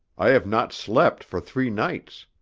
i have not slept for three nights.